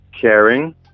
Caring